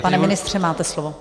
Pane ministře, máte slovo.